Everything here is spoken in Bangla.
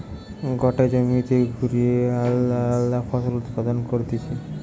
গটে জমিতে ঘুরিয়ে আলদা আলদা ফসল উৎপাদন করতিছে